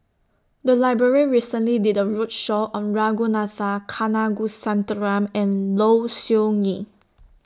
The Library recently did A roadshow on Ragunathar Kanagasuntheram and Low Siew Nghee